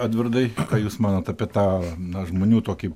edvardai ką jūs manot apie tą na žmonių tokį